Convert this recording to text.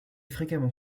fréquemment